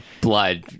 blood